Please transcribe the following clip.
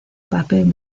papel